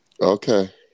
Okay